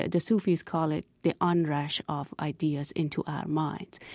ah the sufis call it the onrush of ideas into our minds.